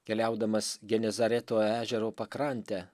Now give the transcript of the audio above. keliaudamas genizarėtų ežero pakrante